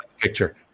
picture